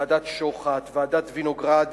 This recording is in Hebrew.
ועדת-שוחט, ועדת-וינוגרד,